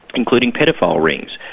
including paedophile rings,